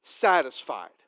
satisfied